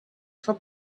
for